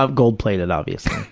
ah gold-plated, obviously.